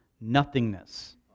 nothingness